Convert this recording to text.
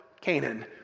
Canaan